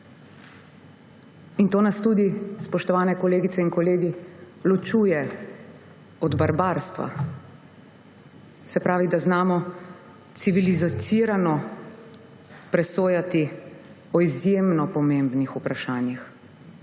To nas tudi, spoštovane kolegice in kolegi, ločuje od barbarstva. Se pravi, da znamo civilizirano presojati o izjemno pomembnih vprašanjih,